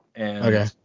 Okay